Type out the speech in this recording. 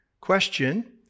question